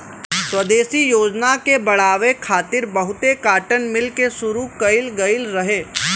स्वदेशी योजना के बढ़ावे खातिर बहुते काटन मिल के शुरू कइल गइल रहे